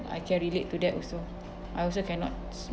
I can relate to that also I also cannot smell